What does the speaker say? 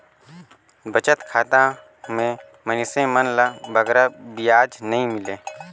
बचत खाता में मइनसे मन ल बगरा बियाज नी मिले